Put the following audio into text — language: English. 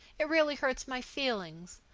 it really hurts my feelings.